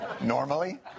normally